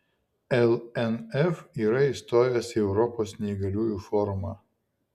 lnf yra įstojęs į europos neįgaliųjų forumą